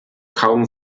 kaum